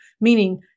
Meaning